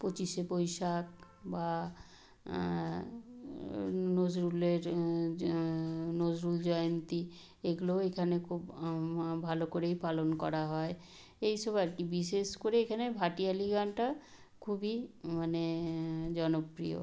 পঁচিশে বৈশাখ বা নজরুলের নজরুল জয়ন্তী এগুলোও এখানে খুব ভালো করেই পালন করা হয় এই সব আর কি বিশেষ করে এখানের ভাটিয়ালি গানটা খুবই মানে জনপ্রিয়